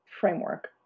framework